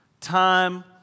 Time